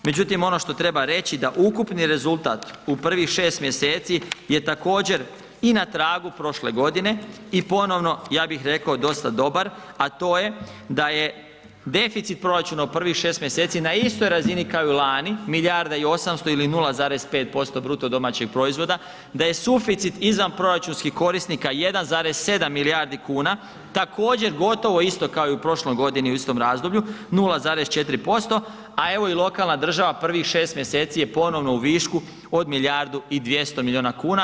Međutim, ono što treba reći da ukupni rezultat u prvih 6 mjeseci je također i na tragu prošle godine i ponovno ja bih rekao dosta dobar a to je da je deficit proračuna u prvih 6 mjeseci na istoj razini kao i lani, milijarda i 800 ili 0,5% BDP-a, da je suficit izvanproračunskih korisnika 1,7 milijardi kuna, također gotovo isto kao i u prošloj godini u istom razdoblju 0,4% a evo i lokalna država prvih 6 mjeseci je ponovno u višku od milijardu i 200 milijuna kuna.